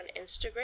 Instagram